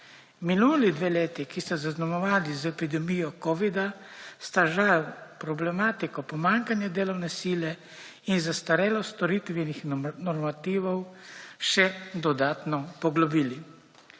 Minuli dve leti, ki sta zaznamovani z epidemijo covida, sta žal problematiko pomanjkanja delovne sile in zastarelost storitvenih normativov še dodatno poglobili.